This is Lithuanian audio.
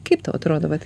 kaip tau atrodo vat